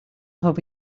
have